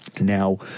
Now